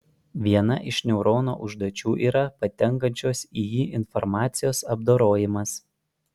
viena iš neurono užduočių yra patenkančios į jį informacijos apdorojimas